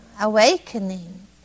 awakening